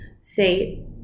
say